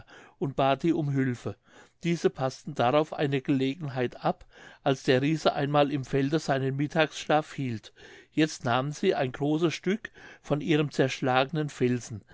und bat die um hülfe diese paßten darauf eine gelegenheit ab als der riese einmal im felde seinen mittagsschlaf hielt jetzt nahmen sie ein großes stück von ihrem zerschlagenen felsen